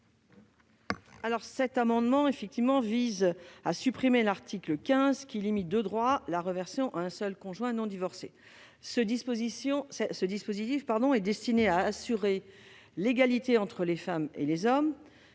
? Cet amendement vise à supprimer l'article 15, qui tend à limiter de droit la réversion à un seul conjoint non divorcé. Ce dispositif est destiné à assurer l'égalité entre les femmes et les hommes